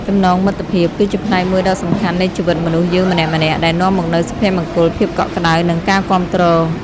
ចំណងមិត្តភាព គឺជាផ្នែកមួយដ៏សំខាន់នៃជីវិតមនុស្សយើងម្នាក់ៗ ដែលនាំមកនូវសុភមង្គល ភាពកក់ក្ដៅ និងការគាំទ្រ។